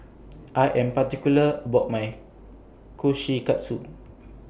I Am particular about My Kushikatsu